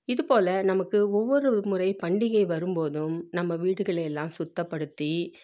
இதுபோல் நமக்கு ஒவ்வொரு முறை பண்டிகை வரும்போதும் நம்ம வீடுகளையெல்லாம் சுத்தப்படுத்தி